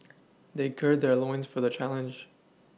they gird their loins for the challenge